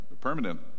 permanent